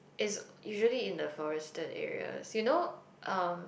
is usually in the forested areas you know um